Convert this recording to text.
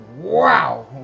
Wow